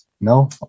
no